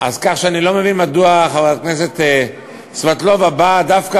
כך שאני לא מבין מדוע חברת הכנסת סבטלובה באה דווקא